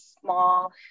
small